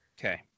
Okay